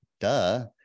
duh